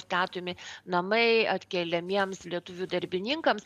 statomi namai atkeliamiems lietuvių darbininkams